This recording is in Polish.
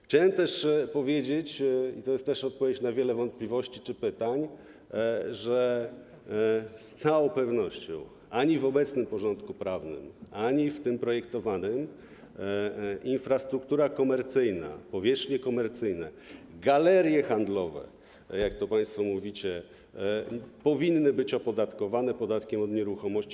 Chciałem też powiedzieć - to jest odpowiedź na wiele wątpliwości czy pytań - że z całą pewnością w obecnym porządku prawnym i w tym projektowanym infrastruktura komercyjna, powierzchnie komercyjne, galerie handlowe, jak to państwo mówicie, powinny być opodatkowane podatkiem od nieruchomości.